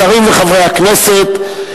שרים וחברי הכנסת,